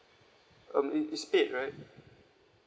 um it it's paid right